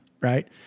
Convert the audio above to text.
right